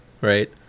right